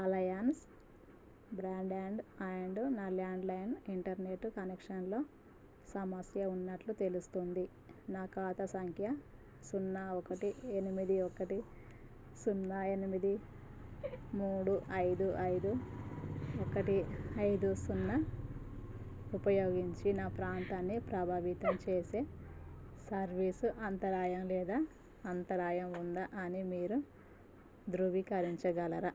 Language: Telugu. అలయన్స్ బ్రాండ్ల్యాండ్ అండ్ నా ల్యాండ్లైన్ ఇంటర్నెట్ కనెక్షన్లో సమస్య ఉన్నట్లు తెలుస్తోంది నా ఖాతా సంఖ్య సున్నా ఒకటి ఎనిమిది ఒకటి సున్నా ఎనిమిది మూడు ఐదు ఐదు ఒకటి ఐదు సున్నా ఉపయోగించి నా ప్రాంతాన్ని ప్రభావితం చేసే సర్వీస్ అంతరాయం లేదా అంతరాయం ఉందా అని మీరు ధృవీకరించగలరా